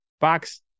Box